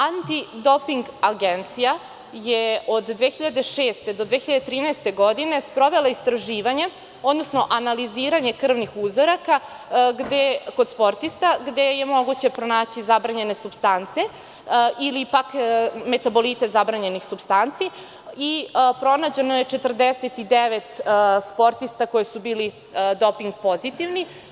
Antidoping agencija je od 2006. godine, do 2013. godine sprovela istraživanje, odnosno analiziranje krvnih uzoraka kod sportista gde je moguće pronaći zabranjene supstance ili pak metabolite zabranjenih supstanci i pronađeno je 49 sportista koji su bili doping pozitivni.